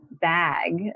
bag